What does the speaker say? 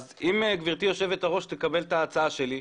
אם גברתי יושבת הראש תקבל את ההצעה שלי,